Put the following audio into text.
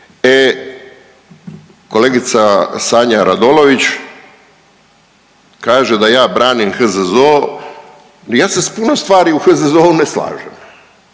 E, kolegica Sanja Radolović kaže da ja branim HZZO, ja se s puno stvari u HZZO-u ne slažem